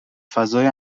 فضای